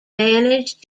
managed